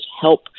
help